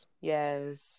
Yes